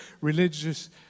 religious